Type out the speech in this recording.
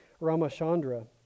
Ramachandra